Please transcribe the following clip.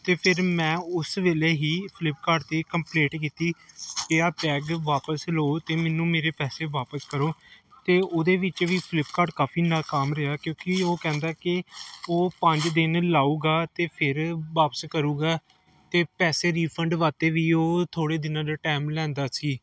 ਅਤੇ ਫਿਰ ਮੈਂ ਉਸ ਵੇਲੇ ਹੀ ਫਲਿਪਕਾਰਟ 'ਤੇ ਕੰਪਲੇਟ ਕੀਤੀ ਕਿ ਆਹ ਬੈਗ ਵਾਪਸ ਲਓ ਅਤੇ ਮੈਨੂੰ ਮੇਰੇ ਪੈਸੇ ਵਾਪਸ ਕਰੋ ਅਤੇ ਉਹਦੇ ਵਿੱਚ ਵੀ ਫਲਿਪਕਾਰਟ ਕਾਫੀ ਨਾਕਾਮ ਰਿਹਾ ਕਿਉਂਕਿ ਉਹ ਕਹਿੰਦਾ ਕਿ ਉਹ ਪੰਜ ਦਿਨ ਲਾਉਗਾ ਅਤੇ ਫਿਰ ਵਾਪਸ ਕਰੂਗਾ ਅਤੇ ਪੈਸੇ ਰੀਫੰਡ ਵਾਸਤੇ ਵੀ ਉਹ ਥੋੜ੍ਹੇ ਦਿਨਾਂ ਦਾ ਟਾਈਮ ਲੈਂਦਾ ਸੀ